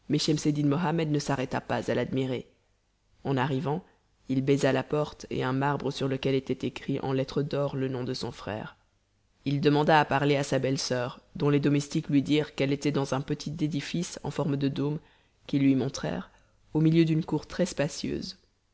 mohammed ne s'arrêta pas à l'admirer en arrivant il baisa la porte et un marbre sur lequel était écrit en lettres d'or le nom de son frère il demanda à parler à sa belle-soeur dont les domestiques lui dirent qu'elle était dans un petit édifice en forme de dôme qu'ils lui montrèrent au milieu d'une cour